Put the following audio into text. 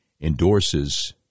endorses